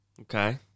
Okay